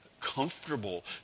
comfortable